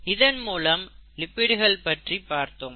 இதன்மூலம் லிப்பிடுகள் பற்றி பார்த்தோம்